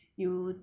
you